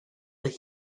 was